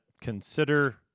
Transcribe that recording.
consider